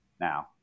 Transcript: now